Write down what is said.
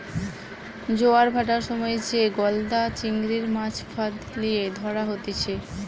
জোয়ার ভাঁটার সময় যে গলদা চিংড়ির, মাছ ফাঁদ লিয়ে ধরা হতিছে